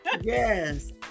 yes